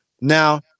Now